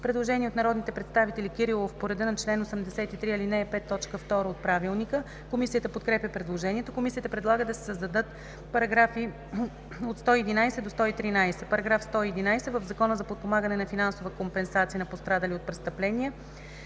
Предложение от народния представител Кирилов по реда на чл. 83, ал. 5, т. 2 от Правилника. Комисията подкрепя предложението. Комисията предлага да се създадат параграфи от 111 до 113: „§ 111. В Закона за подпомагане и финансова компенсация на пострадали от престъпления